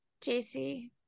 JC